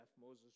Moses